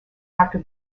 doctor